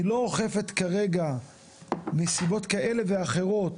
אני לא אוכפת כרגע מסיבות כאלה ואחרות